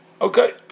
Okay